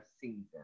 season